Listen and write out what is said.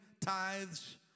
tithes